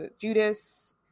Judas